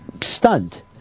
Stunned